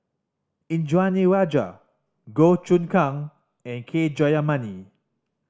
Indranee Rajah Goh Choon Kang and K Jayamani